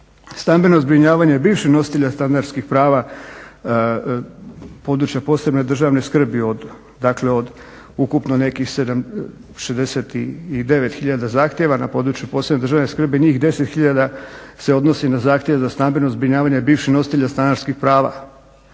Stambeno zbrinjavanje bivših nositelja stanarskih prava na području od posebne državne skrbi od ukupno nekih 69 hiljada zahtjeva na području posebne državne skrbi njih 10 hiljada se odnosi na zahtjev za stambeno zbrinjavanje bivših nositelja stanarskih prava